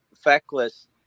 feckless